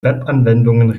webanwendung